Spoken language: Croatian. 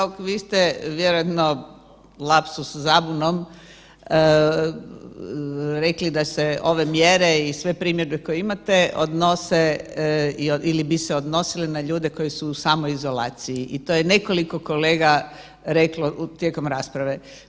Kolega Bauk, vi ste vjerojatno lapsus, zabunom rekli da se ove mjere i sve primjedbe koje imate odnose ili bi se odnosile na ljude koji su u samoizolaciji i to je nekoliko kolega reklo tijekom rasprave.